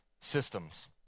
systems